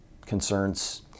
concerns